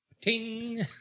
Ting